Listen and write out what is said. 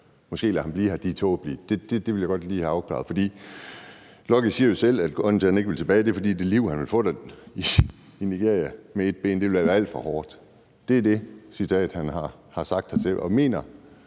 måske lader ham blive her, er tåbelige? Det vil jeg godt lige have afklaret, for Lucky siger jo selv, at grunden til, at han ikke vil tilbage, er, at det liv, han vil få i Nigeria med et ben, vil være alt for hårdt. Det er det, han er citeret for